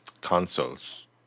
consoles